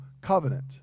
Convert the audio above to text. covenant